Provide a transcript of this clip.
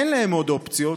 אין להם עוד אופציות,